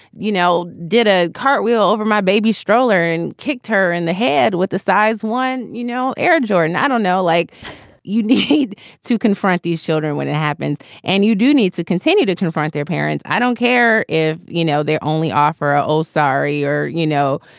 you know, did a cartwheel over my baby stroller and kicked her in the head with a size one, you know, air jordan. i don't know. like you need to confront these children when it happens and you do need to continue to confront confront their parents. i don't care if, you know, they only offer a oh, sorry or, you know,